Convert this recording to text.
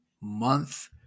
month